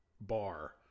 bar